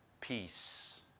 peace